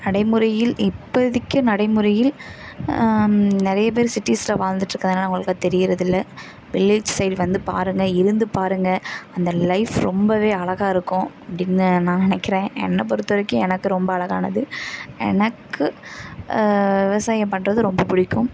நடைமுறையில் இப்போதிக்கு நடைமுறையில் நிறைய பேர் சிட்டீஸில் வாழ்ந்துட்ருக்கறதுனால அவங்களுக்குலாம் தெரியறதில்லை வில்லேஜ் சைடு வந்து பாருங்க இருந்து பாருங்க அந்த லைஃப் ரொம்பவே அழகா இருக்கும் என்ன நான் நினைக்கிறேன் என்னை பொறுத்த வரைக்கும் எனக்கு ரொம்ப அழகானது எனக்கு விவசாயம் பண்ணுறது ரொம்ப பிடிக்கும்